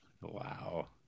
Wow